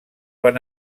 van